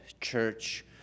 church